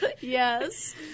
Yes